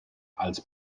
als